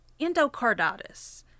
endocarditis